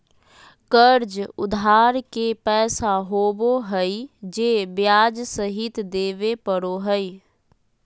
कर्ज उधार के पैसा होबो हइ जे ब्याज सहित देबे पड़ो हइ